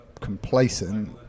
complacent